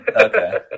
okay